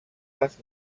les